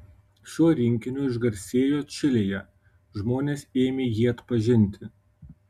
šiuo rinkiniu išgarsėjo čilėje žmonės ėmė jį atpažinti